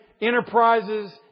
enterprises